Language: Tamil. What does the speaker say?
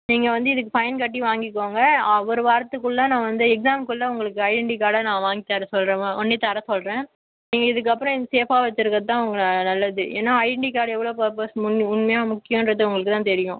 நீங்கள் வந்து இதுக்கு ஃபைன் கட்டி வாங்கிக்கோங்க ஆ ஒரு வாரத்துக்குள்ளே நான் இந்த எக்ஸாம் குள்ளே உங்களுக்கு நான் ஐடென்டி கார்டை நான் வாங்கி தர சொல்கிறன் உன்னே தர சொல்கிறேன் நீங்கள் இதுக்கு அப்புறம் நீங்கள் சேஃபாக வச்சுருக்குறதுதான் உங்க நல்லது ஏன்னால் ஐடென்டி எவ்வளோ பார்ப்பஸ் உண்மையா முக்கியகிறது உங்களுக்குத்தான் தெரியும்